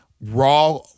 Raw